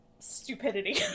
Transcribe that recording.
stupidity